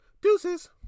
Deuces